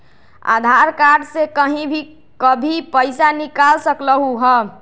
आधार card से कहीं भी कभी पईसा निकाल सकलहु ह?